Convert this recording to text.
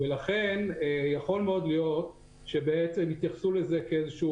לכן יכול מאוד להיות שיתייחסו לזה כאל איזשהו